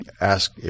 ask